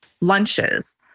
lunches